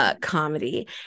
Comedy